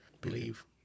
believe